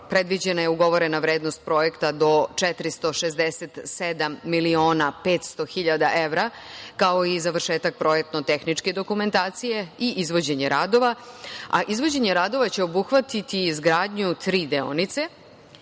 predviđena je ugovorena vrednost projekta do 467 miliona 500.000 evra, kao i završetak projektno-tehničke dokumentacije i izvođenje radova. Izvođenje radova će obuhvatiti i izgradnju tri deonice.